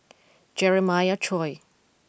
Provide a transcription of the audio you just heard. Jeremiah Choy